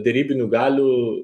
derybinių galių